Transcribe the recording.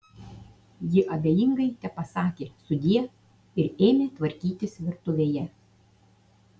ji abejingai tepasakė sudie ir ėmė tvarkytis virtuvėje